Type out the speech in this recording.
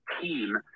Team